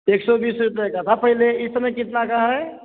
एक सौ बीस रुपये का था पहले इस समय कितना का है